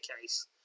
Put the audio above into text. case